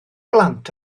blant